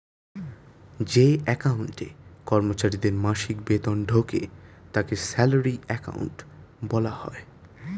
যে অ্যাকাউন্টে কর্মচারীদের মাসিক বেতন ঢোকে তাকে স্যালারি অ্যাকাউন্ট বলা হয়